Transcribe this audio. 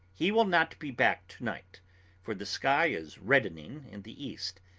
he will not be back to-night for the sky is reddening in the east,